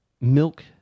Milk